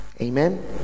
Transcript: Amen